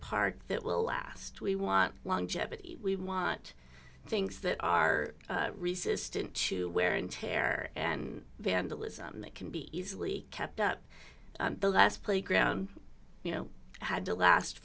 park that will last we want long jeopardy we want things that are resistant to wear and tear and vandalism that can be easily kept up the last playground you know had to last